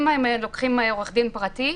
אם הם לוקחים עורך דין פרטי?